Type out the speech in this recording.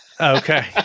Okay